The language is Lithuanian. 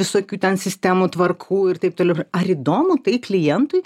visokių ten sistemų tvarkų ir taip toliau ar įdomu tai klientui